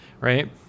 right